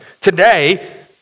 today